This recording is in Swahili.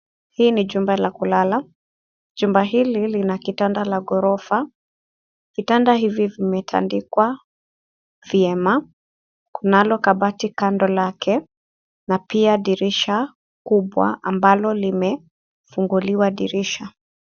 Hii ni jumba la kulala. Jumba hili lina kitanda la ghorofa. Vitanda hivi vimetandikwa vyema. Kunalo kabati kando lake na pia dirisha kubwa ambalo limefunguliwa dirisha.